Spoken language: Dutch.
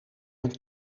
een